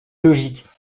logique